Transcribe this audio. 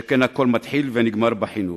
שכן הכול מתחיל ונגמר בחינוך.